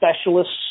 specialists